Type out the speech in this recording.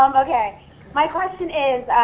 um okay my question is